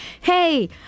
Hey